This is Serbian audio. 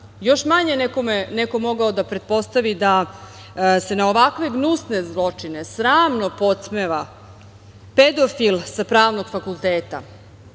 da pretpostavi da se na ovakve gnusne zločine sramno podsmeva pedofil sa pravnog fakulteta,